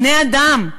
בני-אדם,